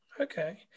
Okay